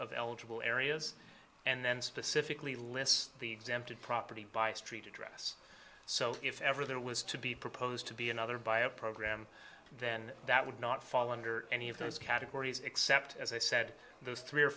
of eligible areas and then specifically lists the exempted property by street address so if ever there was to be proposed to be another by a program then that would not fall under any of those categories except as i said those three or